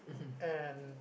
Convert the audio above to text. and